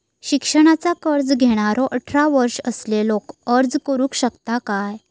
शिक्षणाचा कर्ज घेणारो अठरा वर्ष असलेलो अर्ज करू शकता काय?